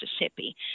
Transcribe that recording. Mississippi